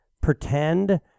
pretend